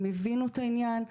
הם הבינו את העניין,